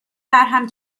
درهم